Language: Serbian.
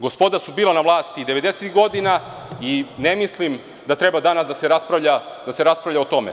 Gospoda su bila na vlasti 90-tih godina i ne mislim da treba danas da se raspravlja o tome.